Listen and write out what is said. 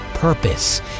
purpose